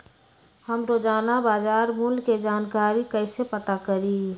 हम रोजाना बाजार मूल्य के जानकारी कईसे पता करी?